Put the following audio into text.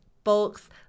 folks